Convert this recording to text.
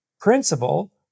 principle